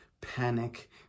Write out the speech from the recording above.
panic